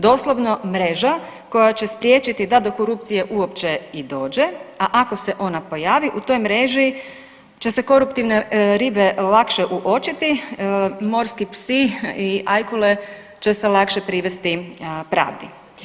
Doslovno mreža koja će spriječiti da do korupcije uopće i dođe a ako se ona pojavi u toj mreži će se koruptivne ribe lakše uočiti, morski psi i ajkule će se lakše privesti pravdi.